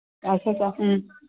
ꯎꯝ